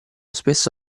spesso